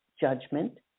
judgment